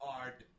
art